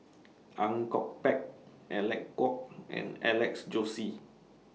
Ang Kok Peng Alec Kuok and Alex Josey